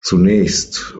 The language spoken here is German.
zunächst